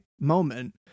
moment